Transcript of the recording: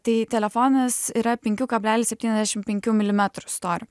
tai telefonas yra penkių kablelis septyniasdešimt penkių milimetrų storio